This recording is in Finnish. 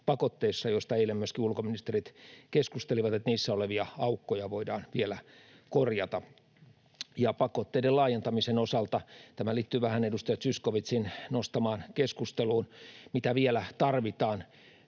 joista eilen myöskin ulkoministerit keskustelivat, että niissä olevia aukkoja voidaan vielä korjata. Pakotteiden laajentamisen osalta — tämä liittyy vähän edustaja Zyskowiczin nostamaan keskusteluun — mitä vielä tarvitaan: